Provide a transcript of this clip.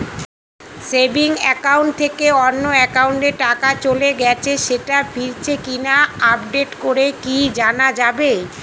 Savings account থেকে অন্য একাউন্টে টাকা চলে গেছে সেটা ফিরেছে কিনা আপডেট করে কি জানা যাবে?